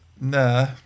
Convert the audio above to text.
nah